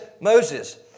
Moses